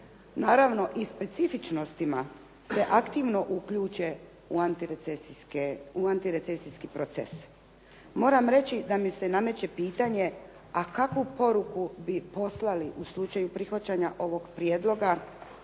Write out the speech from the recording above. naravno i specifičnostima se aktivno uključe u antirecesijski proces. Moram reći da mi se nameće pitanje, a kakvu poruku bi poslali u slučaju prihvaćanja ovog prijedloga